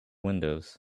windows